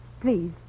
Please